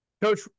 Coach